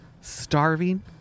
starving